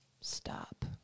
stop